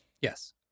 Yes